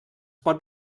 pot